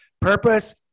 purpose